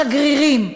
שגרירים,